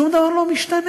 שום דבר לא משתנה.